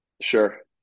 Sure